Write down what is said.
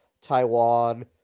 Taiwan